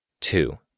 Two